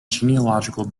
genealogical